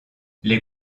les